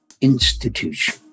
institution